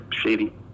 shady